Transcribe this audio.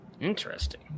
Interesting